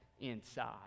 inside